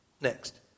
next